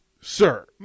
sir